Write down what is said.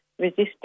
resisting